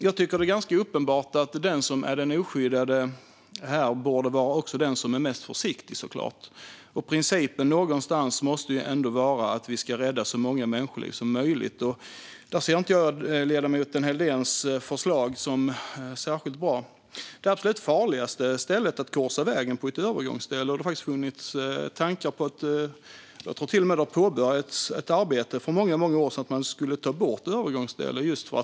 Jag tycker att det är ganska uppenbart att den som är den oskyddade också borde vara den som är mest försiktig. Principen måste ändå vara att rädda så många människoliv som möjligt, och då ser jag inte ledamoten Helldéns förslag som särskilt bra. Det absolut farligaste stället att korsa vägen på är ett övergångsställe. Det har faktiskt funnits tankar på - och jag tror till och med att det för många år sedan påbörjades ett arbete med - att ta bort övergångsställen.